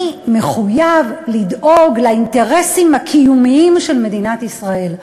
אני מחויב לדאוג לאינטרסים הקיומיים של מדינת ישראל.